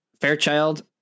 Fairchild